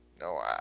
no